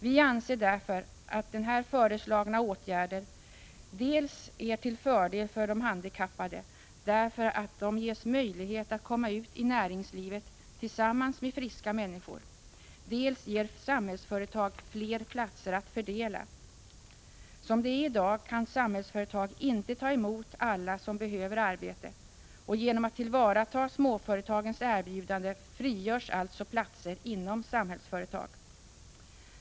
Vi anser därför att här föreslagna åtgärder dels är till fördel för de handikappade därför att de ges möjlighet att komma ut i näringslivet tillsammans med friska människor, dels ger Samhällsföretag fler platser att fördela. Som det är i dag kan Samhällsföretag inte ta emot alla som behöver arbete. Genom att tillvarata småföretagens erbjudande skulle man alltså frigöra platser inom Samhällsföretag.